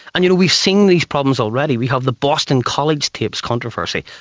and you know we've seen these problems already, we have the boston college tapes controversy.